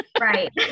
Right